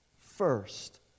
first